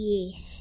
Yes